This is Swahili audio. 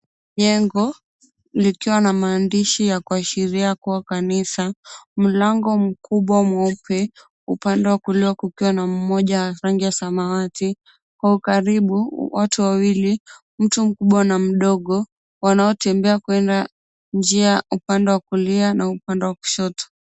Jengo likiwa na maandishi ya kuashiria kuwa kanisa, mlango mkubwa mweupe upande wa kulia, kukiwa na mmoja wa rangi ya samawati kwa ukaribu. Watu wawili, mtu mkubwa na mdogo, wanaotembea kuelekea njia upande wa kulia na upande wa kushoto.